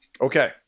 okay